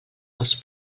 els